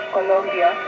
Colombia